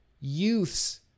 youths